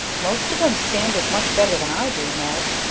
most of them stand it much better than i do, ned.